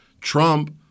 Trump